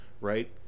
right